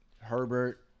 Herbert